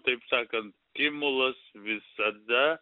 taip sakant timulas visada